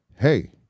hey